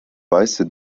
weiße